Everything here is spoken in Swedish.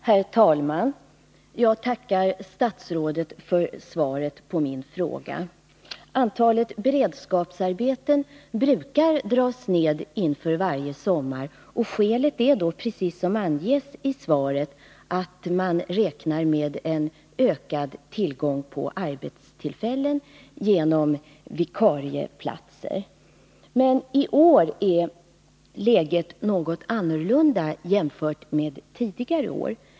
Herr talman! Jag tackar statsrådet för svaret på min fråga. Antalet beredskapsarbeten brukar dras ned inför varje sommar. Skälet är, precis som anges i svaret, att man räknar med en ökad tillgång på arbetstillfällen genom vikarieplatser. Men i år är läget något annorlunda jämfört med tidigare år.